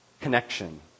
connection